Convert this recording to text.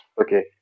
okay